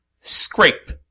Scrape